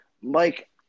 Mike